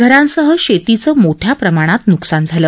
घरांसह शेतीचं मोठ्या प्रमाणात नुकसान झालं